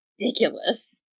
ridiculous